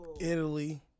Italy